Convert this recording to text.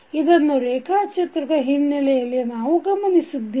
ಇದನ್ನು ರೇಖಾಚಿತ್ರದ ಹಿನ್ನೆಲೆಯಲ್ಲಿ ನಾವು ಗಮನಿಸಿದ್ದೇವೆ